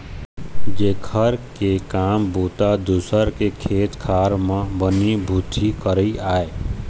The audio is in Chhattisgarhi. जेखर के काम बूता दूसर के खेत खार म बनी भूथी करई आय